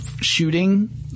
shooting